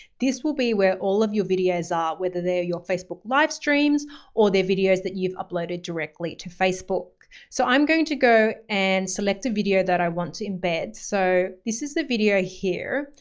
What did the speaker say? this will be where all of your videos are, whether they are your facebook live streams or they're videos that you've uploaded directly to facebook. so i'm going to go and select a video that i want to embed. so this is the video here,